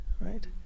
right